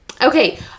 Okay